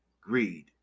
greed